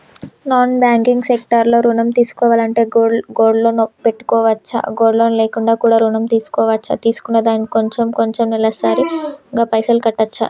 Non banking sector లో ఋణం తీసుకోవాలంటే గోల్డ్ లోన్ పెట్టుకోవచ్చా? గోల్డ్ లోన్ లేకుండా కూడా ఋణం తీసుకోవచ్చా? తీసుకున్న దానికి కొంచెం కొంచెం నెలసరి గా పైసలు కట్టొచ్చా?